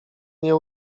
nie